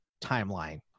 timeline